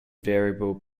variable